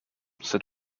said